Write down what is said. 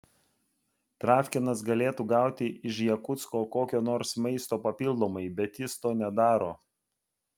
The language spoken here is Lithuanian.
travkinas galėtų gauti iš jakutsko kokio nors maisto papildomai bet jis to nedaro